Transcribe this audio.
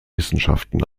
wissenschaften